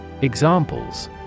Examples